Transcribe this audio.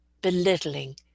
belittling